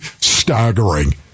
staggering